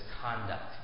conduct